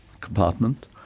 compartment